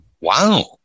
Wow